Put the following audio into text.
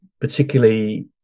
particularly